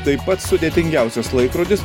tai pats sudėtingiausias laikrodis